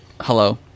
Hello